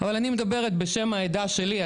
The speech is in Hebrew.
אבל אני מדברת בשם העדה שלי.